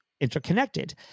interconnected